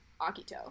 Akito